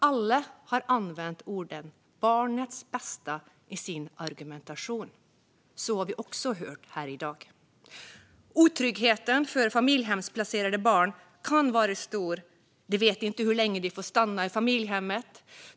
Alla har använt orden "barnets bästa" i sin argumentation. Det har vi också hört här i dag. Otryggheten för familjehemsplacerade barn kan vara stor. De vet inte hur länge de får stanna i familjehemmet.